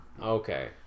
Okay